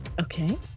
okay